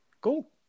cool